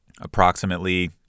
approximately